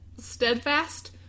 Steadfast